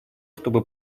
чтобы